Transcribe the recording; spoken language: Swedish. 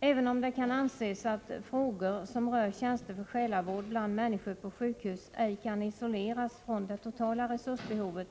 Även om det anses att frågor som rör tjänster för själavård bland människor på sjukhus ej kan isoleras från det totala resursbehovet,